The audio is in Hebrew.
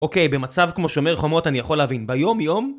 אוקיי, במצב כמו שומר חומות אני יכול להבין ביום-יום?